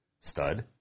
stud